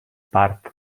part